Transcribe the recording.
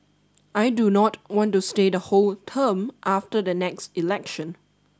I do not want to stay the whole term after the next election